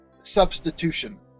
substitution